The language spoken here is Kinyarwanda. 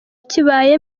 kibaye